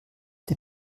der